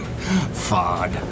Fod